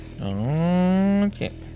Okay